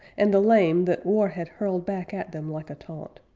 and the lame that war had hurled back at them like a taunt.